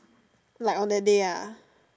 like on that day ah